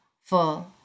full